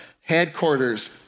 headquarters